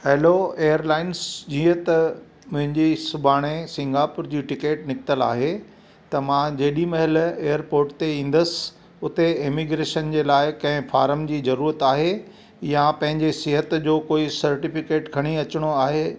hello airlines जीअं त मुंहिंजी सुभाणे सिंगापुर जी टिकट निकितल आहे त मां जेॾी महिल एयरपोर्ट ते ईंदुसि उते एमीग्रेशन जे लाए कें फारम जी जरूअत आहे या पंहिंजे सिहतु जो कोई सर्टीफ़िकेट खणी अचिणो आहे